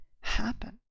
happen